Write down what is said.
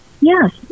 Yes